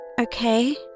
okay